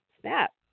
snap